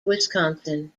wisconsin